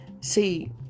See